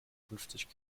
fünfzig